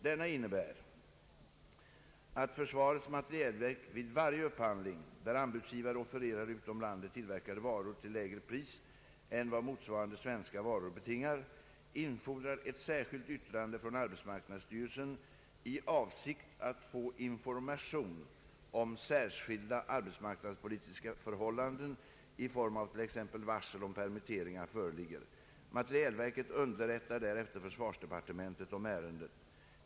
Denna innebär att försvarets materielverk vid varje upphandling, där anbudsgivare offererar utom landet tillverkade varor till lägre pris än vad motsvarande svenska varor betingar, infordrar ett särskilt yttrande från arbetsmarknadsstyrelsen i avsikt att få information om särskilda arbetsmarknadspolitiska förhållanden i form av t.ex. varsel om permitteringar föreligger. Materielverket underrättar därefter försvarsdepartementet om ärendet.